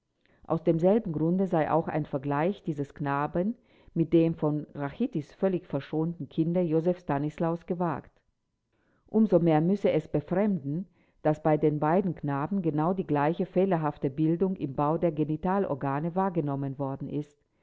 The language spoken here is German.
aus demselben grunde sei auch ein vergleich dieses knaben mit dem von rachitis völlig verschonten kinde joseph stanislaus gewagt um so mehr müsse es befremden daß bei beiden knaben genau die gleiche fehlerhafte bildung im bau der genitalorgane wahrgenommen worden ist